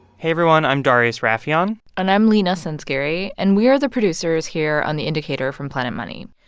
hey, everyone. i'm darius rafieyan and i'm leena sanzgiri. and we are the producers here on the indicator from planet money.